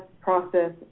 process